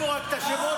מה הקשר?